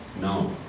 No